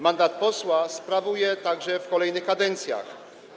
Mandat posła sprawuje także w kolejnych kadencjach.